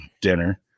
dinner